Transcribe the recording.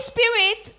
Spirit